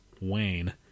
Wayne